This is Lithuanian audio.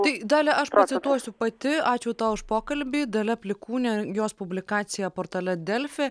tai dalį aš pacituosiu pati ačiū tau už pokalbį dalia plikūnė jos publikacija portale delfi